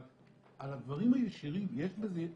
על הדברים הישירים יש בזה שכל.